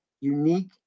unique